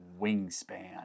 Wingspan